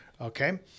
Okay